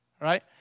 right